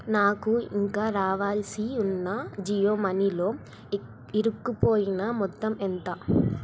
నాకు ఇంకా రావాల్సి ఉన్న జియో మనీలో ఇరుక్కుపోయిన మొత్తం ఎంత